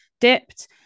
dipped